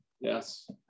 Yes